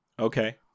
Okay